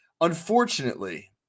Unfortunately